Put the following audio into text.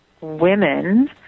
women